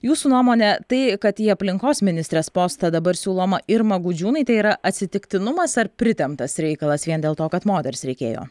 jūsų nuomone tai kad į aplinkos ministrės postą dabar siūloma irma gudžiūnaitė yra atsitiktinumas ar pritemptas reikalas vien dėl to kad moters reikėjo